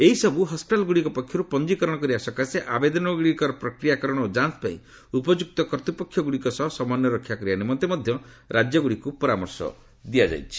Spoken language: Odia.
ଏହିସବୁ ହସ୍କିଟାଲଗୁଡ଼ିକ ପକ୍ଷରୁ ପଞ୍ଜୀକରଣ କରିବା ସକାଶେ ଆବେଦନଗୁଡ଼ିକର ପ୍ରକ୍ରିୟାକରଣ ଓ ଯାଞ୍ଚପାଇଁ ଉପଯୁକ୍ତ କର୍ତ୍ତପକ୍ଷଗୁଡ଼ିକ ସହ ସମନ୍ୱୟ ରକ୍ଷା କରିବା ନିମନ୍ତେ ମଧ୍ୟ ରାଜ୍ୟଗୁଡ଼ିକୁ ପରାମର୍ଶ ଦିଆଯାଇଛି